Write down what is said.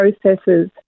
processes